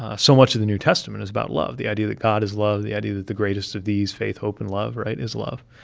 ah so much of the new testament is about love, the idea that god is love, the idea that the greatest of these faith, hope and love, right? is love.